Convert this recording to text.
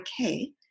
okay